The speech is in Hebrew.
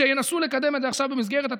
כשינסו לקדם את זה עכשיו במסגרת התקציב.